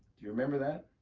do you remember that?